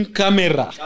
camera